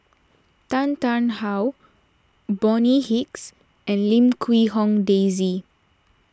Tan Tarn How Bonny Hicks and Lim Quee Hong Daisy